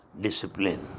discipline